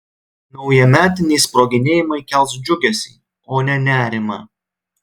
naujametiniai sproginėjimai kels džiugesį o ne nerimą